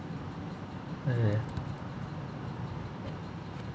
okay